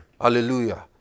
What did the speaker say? Hallelujah